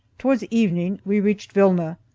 towards evening we reached vilna,